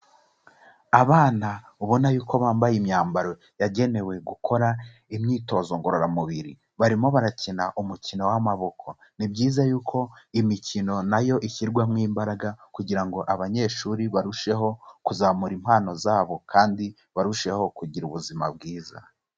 Abana ubona yuko bambaye imyambaro yagenewe gukora imyitozo ngororamubiri, barimo barakina umukino w'amaboko, ni byiza yuko imikino nayo ishyirwamo imbaraga, kugira ngo abanyeshuri barusheho kuzamura impano zabo kandi barusheho kugira ubuzima bwiza.